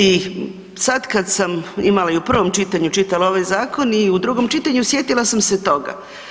I sad kad sam imala i u prvom čitanju i čitala ovaj zakon i u drugom čitanju, sjetila sam se toga.